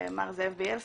מר זאב ביילסקי,